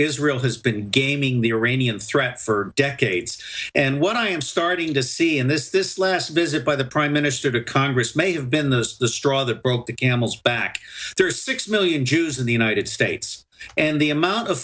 israel has been gaming the iranian threat for decades and what i'm starting to see in this is this last visit by the prime minister to congress may have been the straw that broke the camel's back there are six million jews in the united states and the amount of